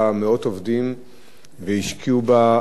והשקיעו בה עשרות אם לא מאות מיליונים,